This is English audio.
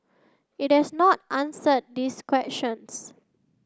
it has not answered these questions